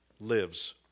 lives